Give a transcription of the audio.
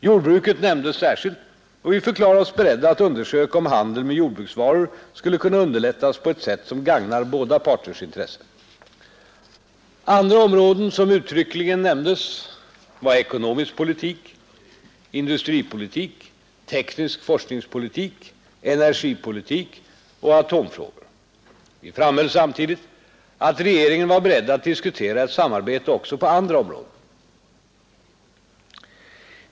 Jordbruket nämndes särskilt och vi förklarade oss beredda att undersöka om handeln med jordbruksvaror skulle kunna underlättas på ett sätt som gagnar båda parternas intressen. Andra områden som uttryckligen nämndes var ekonomisk politik, industripolitik, teknisk forskningspolitik, energipolitik och atomfrågor. Vi framhöll samtidigt att regeringen var beredd att diskutera ett samarbete också på andra områden.